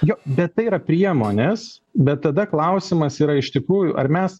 jo bet tai yra priemonės bet tada klausimas yra iš tikrųjų ar mes